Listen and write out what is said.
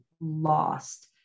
lost